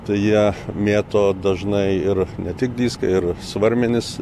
tai jie mėto dažnai ir ne tik diską ir svarmenis